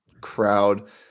crowd